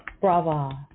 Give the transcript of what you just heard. Bravo